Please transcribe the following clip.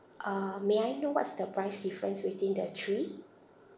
uh may I know what's the price difference between the three